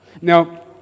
Now